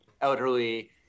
elderly